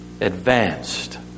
advanced